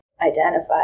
identify